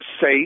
say